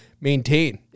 maintain